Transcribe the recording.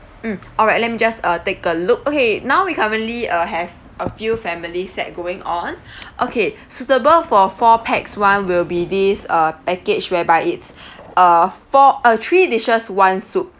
mm alright let me just uh take a look okay now we currently uh have a few family set going on okay suitable for four pax one will be this uh package whereby it's uh four uh three dishes one soup